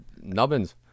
nubbins